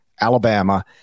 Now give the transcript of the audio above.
Alabama